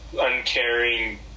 uncaring